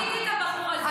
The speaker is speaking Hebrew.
אני גיניתי את הבחור הזה.